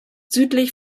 südlich